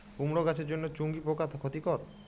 কুমড়ো গাছের জন্য চুঙ্গি পোকা ক্ষতিকর?